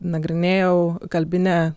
nagrinėjau kalbinę